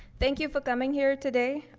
thank you for coming here today.